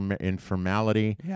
informality